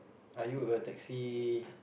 are you a taxi